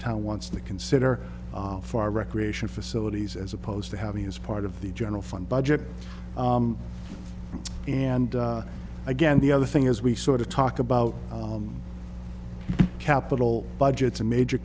town wants to consider far recreation facilities as opposed to having as part of the general fund budget and again the other thing is we sort of talk about capital budgets and major